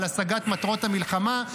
על השגת מטרות המלחמה,